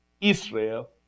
Israel